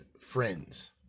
friends